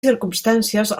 circumstàncies